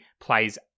plays